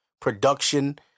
production